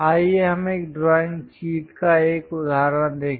आइए हम एक ड्राइंग शीट का एक उदाहरण देखें